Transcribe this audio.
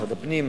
משרד הפנים,